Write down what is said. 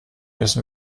müssen